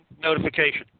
notification